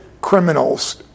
criminals